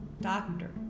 Doctor